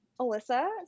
Alyssa